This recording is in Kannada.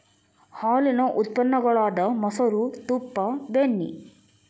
ಹಾಲೇನ ಉತ್ಪನ್ನ ಗಳಾದ ಮೊಸರು, ತುಪ್ಪಾ, ಬೆಣ್ಣಿ